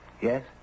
Yes